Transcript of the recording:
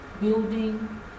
building